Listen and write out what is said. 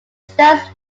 stones